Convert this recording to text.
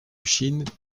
chine